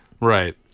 right